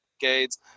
decades